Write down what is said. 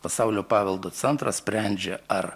pasaulio paveldo centras sprendžia ar